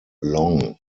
long